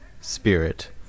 spirit